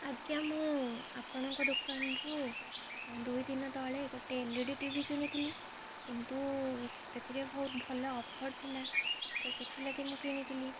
ଆଜ୍ଞା ମୁଁ ଆପଣଙ୍କ ଦୋକାନରୁ ଦୁଇ ଦିନ ତଳେ ଗୋଟେ ଏଲଇଡ଼ି ଟିଭି କିଣିଥିଲି କିନ୍ତୁ ସେଥିରେ ବହୁତ ଭଲ ଅଫର୍ ଥିଲା ତ ସେଥିଲାଗି ମୁଁ କିଣିଥିଲି